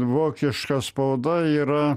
vokiška spauda yra